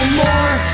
more